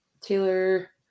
Taylor